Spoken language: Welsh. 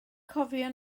cofio